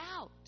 out